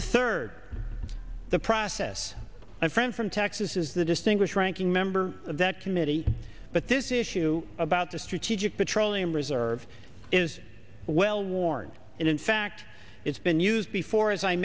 third the process of friend from texas is the distinguished ranking member of that committee but this issue about the strategic petroleum reserve is well worn and in fact it's been used before as i